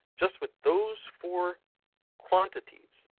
just with those four quantities,